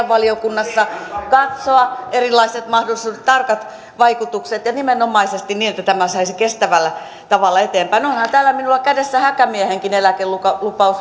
valiokunnassa katsoa erilaiset mahdollisuudet tarkat vaikutukset ja nimenomaisesti niin että tämän saisi kestävällä tavalla eteenpäin onhan täällä minulla kädessäni häkämiehenkin eläkelupaus